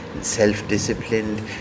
self-disciplined